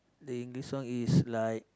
the English song is like